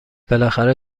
بالاخره